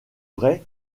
vrai